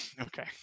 Okay